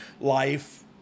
life